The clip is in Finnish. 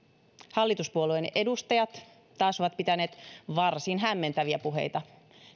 hallituspuolueiden edustajat taas ovat pitäneet varsin hämmentäviä puheita